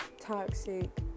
toxic